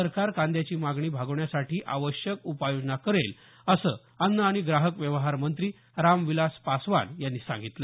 सरकार कांद्याची मागणी भागवण्यासाठी आवश्यक उपाययोजना करेल असं अन्न आणि ग्राहक व्यवहार मंत्री राम विलास पासवान यांनी सांगितलं